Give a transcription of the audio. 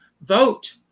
Vote